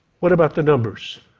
what about the numbers?